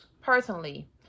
personally